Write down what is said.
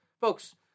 Folks